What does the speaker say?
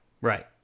Right